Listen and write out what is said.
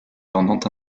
pendant